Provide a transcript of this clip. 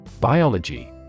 Biology